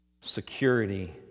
security